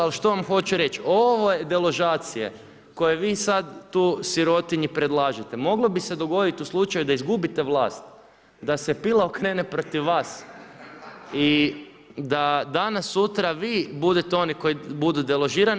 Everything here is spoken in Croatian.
Ali što vam hoću reć, ove deložacije koje vi sada tu sirotinji predlažete moglo bi se dogoditi u slučaju da izgubite vlast, da se pila okrene protiv vas i da danas sutra vi budete oni koji budu deložirani.